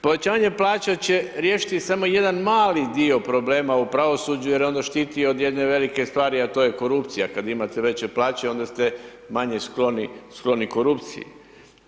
Povećanje plaća će riješiti samo jedan mali dio problema u pravosuđu jer onda štiti od jedne velike stvari, a to je korupcija, kad imate veće plaće onda ste manje skloni, skloni korupciji.